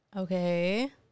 Okay